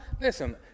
Listen